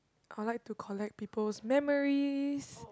I like to collect people's memories